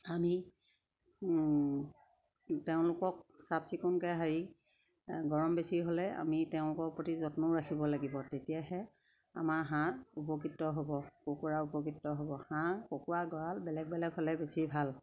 আমি তেওঁলোকক চাফ চিকুণকে গৰম বেছি হ'লে আমি তেওঁলোকৰ প্ৰতি যত্ন ৰাখিব লাগিব তেতিয়াহে আমাৰ হাঁহ উপকৃত হ'ব কুকুৰা উপকৃত হ'ব হাঁহ কুকুৰা গঁড়াল বেলেগ বেলেগ হ'লে বেছি ভাল